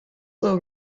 will